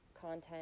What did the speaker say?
content